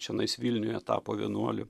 čionais vilniuje tapo vienuoliu